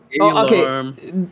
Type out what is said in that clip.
okay